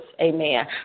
amen